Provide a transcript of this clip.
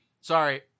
sorry